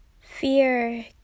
fear